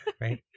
right